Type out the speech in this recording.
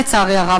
לצערי הרב.